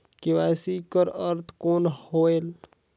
KYC कर अर्थ कौन होएल?